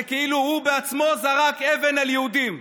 זה כאילו הוא עצמו זרק אבן על יהודים.